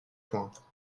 points